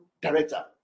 director